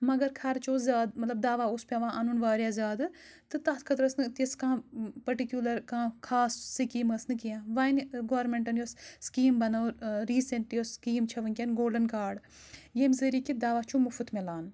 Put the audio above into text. مَگر خرچہِ اوس زیادٕ مَطلب دَوا اوس پؠوان اَنُن واریاہ زیاد تہٕ تَتھ خٲطر ٲس نہٕ تِژھ کانٛہہ پٔٹِکیوٗلَر کانٛہہ خاص سِکیٖم ٲس نہٕ کینٛہہ وَنہِ گورمٮ۪نٛٹَن یۄس سِکیٖم بَنٲو ریٖسٮ۪نٛٹ یۄس سکیٖم چھےٚ وٕنۍکؠن گولڈَن کاڈ ییٚمہِ ذٔریعہِ کہِ دَوا چھُ مُفت مِلان